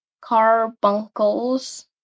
carbuncles